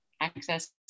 access